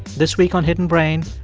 this week on hidden brain,